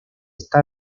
está